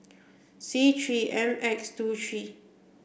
C three M X two three